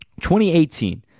2018